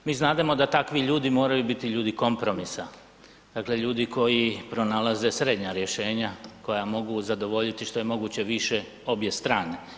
Mi znademo da takvi ljudi moraju biti ljudi kompromisa, dakle ljudi koji pronalaze srednja rješenja, koja mogu zadovoljiti što je moguće više obje strane.